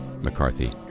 McCarthy